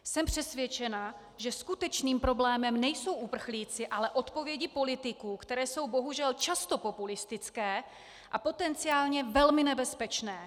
Jsem přesvědčená, že skutečným problémem nejsou uprchlíci, ale odpovědi politiků, které jsou bohužel často populistické a potenciálně velmi nebezpečné.